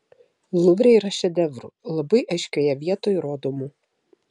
luvre yra šedevrų labai aiškioje vietoj rodomų